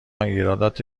ایرادات